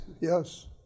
yes